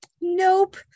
Nope